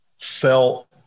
felt